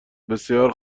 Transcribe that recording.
بسیار